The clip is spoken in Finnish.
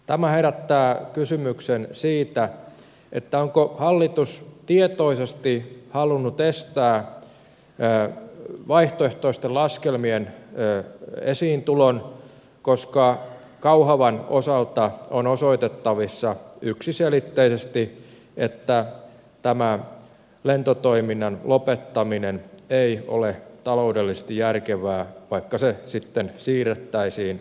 tämä herättää kysymyksen siitä onko hallitus tietoisesti halunnut estää vaihtoehtoisten laskelmien esiintulon koska kauhavan osalta on osoitettavissa yksiselitteisesti että tämä lentotoiminnan lopettaminen ei ole taloudellisesti järkevää vaikka toiminta sitten siirrettäisiin tikkakoskelle